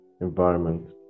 environment